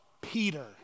Peter